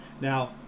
Now